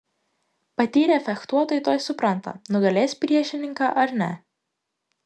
patyrę fechtuotojai tuoj supranta nugalės priešininką ar ne